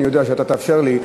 אני יודע שאתה תאפשר לי.